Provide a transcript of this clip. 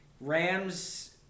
Rams